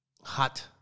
hot